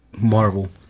Marvel